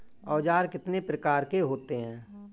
औज़ार कितने प्रकार के होते हैं?